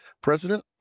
president